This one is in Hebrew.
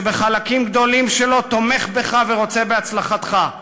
שבחלקים גדולים שלו תומך בך ורוצה בהצלחתך.